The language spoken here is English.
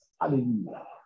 Hallelujah